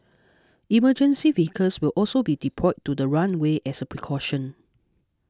emergency vehicles will also be deployed to the runway as a precaution